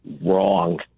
wrong